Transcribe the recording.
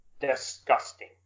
Disgusting